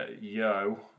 Yo